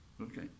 Okay